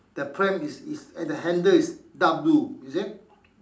the pram is is at the handle is dark blue is it